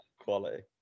Quality